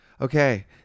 Okay